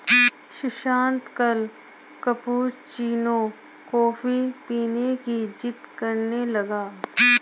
सुशांत कल cappuccino coffee पीने की जिद्द करने लगा